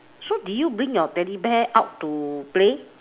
so did you bring your teddy bear out to play